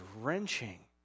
wrenching